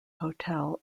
hotel